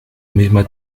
misma